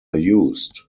used